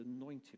anointed